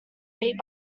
eight